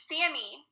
Sammy